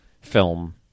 film